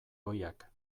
ohiak